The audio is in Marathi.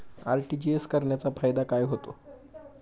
आर.टी.जी.एस करण्याचा फायदा काय होतो?